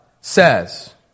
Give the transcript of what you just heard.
says